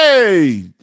Hey